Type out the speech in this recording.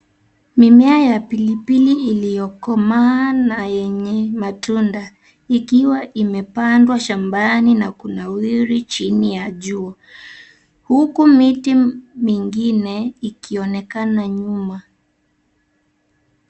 Mimea ya pilipili iliyokomaa na yenye matunda. Ikiwa imepandwa shambani na kunawiri chini ya jua, huku miti mingine ikionekana nyuma.